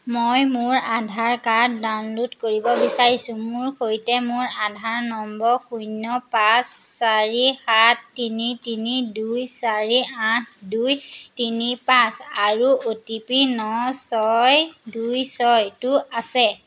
মই মোৰ Aadhaar card download কৰিব বিচাৰিছোঁ মোৰ সৈতে মোৰ আধাৰ নম্বৰ শূন্য পাঁচ চাৰি সাত তিনি তিনি দুই চাৰি আঠ দুই তিনি পাঁচ আৰু অ' টি পি ন ছয় দুই ছয়টো আছে